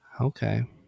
Okay